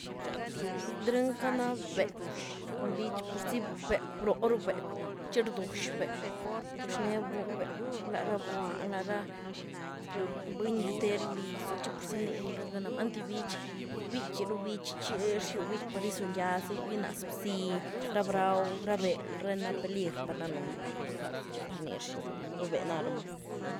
Bréünca becw cun bích purzi becw broó ru becw chi rduax becw, rduaxne becw lara bwán, lara buny ní gyutè rúlizu chi purzi ni rnyiényca namaa antí bích bichí ru bích chi rzhíu bích par izunygia zi, gyínaz bziny, ra brau, ra bel ra ni na peligr' par danën. Chi par ni rzhíuramaa, bébé narumaa.